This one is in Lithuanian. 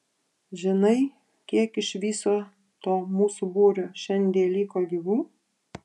žinai kiek iš viso to mūsų būrio šiandie liko gyvų